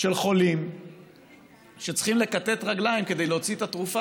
של חולים שצריכים לכתת רגליים כדי להוציא את התרופה